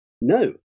No